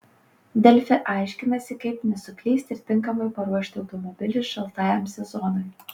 delfi aiškinasi kaip nesuklysti ir tinkamai paruošti automobilį šaltajam sezonui